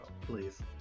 please